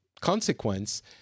consequence